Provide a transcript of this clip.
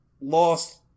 lost